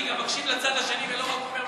אני גם מקשיב לצד השני ולא רק אומר,